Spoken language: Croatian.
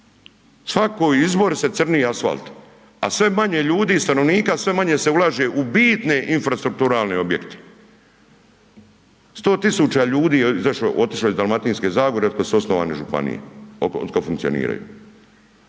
Svak izbori se crni asfalt a sve manje ljudi i stanovnika, sve manje se ulaže u bitne infrastrukturalne objekte. 100 000 ljudi je otišlo iz Dalmatinske zagore otkad su osnovane županije, od kad funkcioniraju.